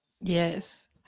Yes